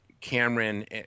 cameron